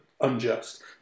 unjust